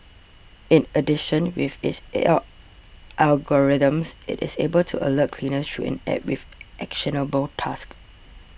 in addition with its A I algorithms it is able to alert cleaners through an App with actionable tasks